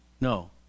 No